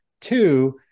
two